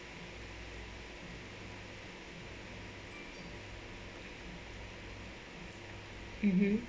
mmhmm